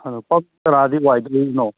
ꯑꯗꯣ ꯄꯝ ꯀꯅꯥꯗꯩ ꯋꯥꯏꯗꯧꯔꯤꯅꯣ